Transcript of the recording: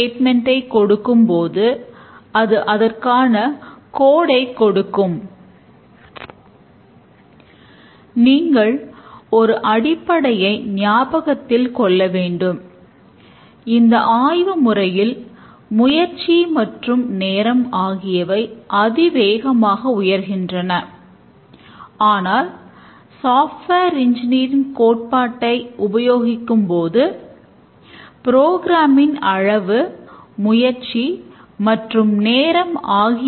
decomposition modeling ஆவணத்தில் குறிப்பிடப்பட்டுள்ள பிற உயர் நிலை செயல்பாடுகளுக்கும் இதே வேலை செய்யப்படுகிறது